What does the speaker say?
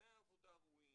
תנאי עבודה ראויים.